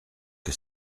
que